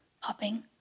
popping